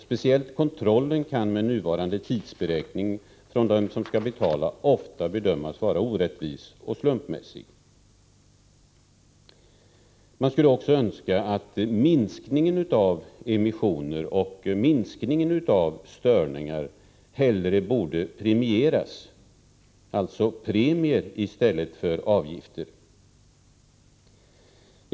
Speciellt kontrollen kan med nuvarande tidsberäkning ofta bedömas vara orättvis och slumpmässig av dem som skall betala. Det vore också önskvärt att minskningen av emissioner och minskningen av störningar hellre premierades, dvs. premier i stället för avgifter.